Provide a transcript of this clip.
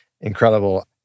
incredible